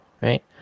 right